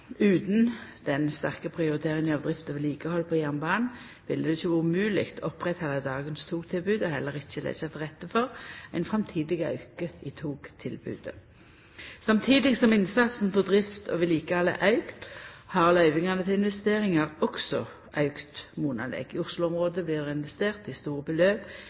Utan den sterke prioriteringa av drift og vedlikehald på jernbanen ville det ikkje vore mogleg å halda oppe dagens togtilbod og heller ikkje leggja til rette for ein framtidig auke i togtilbodet. Samtidig som innsatsen på drifts- og vedlikehaldsområdet har auka, har løyvingane til investeringar også auka monaleg. I Oslo-området blir det investert store beløp i eit stort tal store